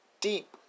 deep